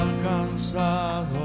alcanzado